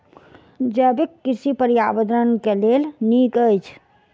जैविक कृषि पर्यावरण के लेल नीक अछि